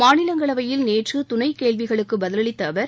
மாநிலங்களவையில் நேற்று துணைக் கேள்விகளுக்கு பதிலளித்த அவர்